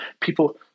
people